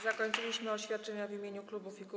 Zakończyliśmy oświadczenia w imieniu klubów i kół.